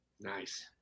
Nice